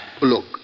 Look